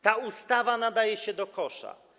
Ta ustawa nadaje się do kosza.